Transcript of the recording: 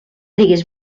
diguis